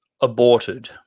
aborted